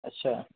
ਅੱਛਾ